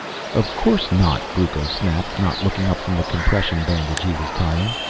of course not, brucco snapped, not looking up from the compression bandage he was tying.